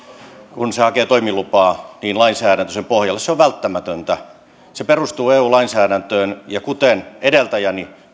kun arvopaperikeskus hakee toimilupaa lainsäädäntö sen pohjalle se on välttämätöntä se perustuu eu lainsäädäntöön ja kuten edeltäjäni